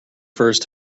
first